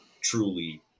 truly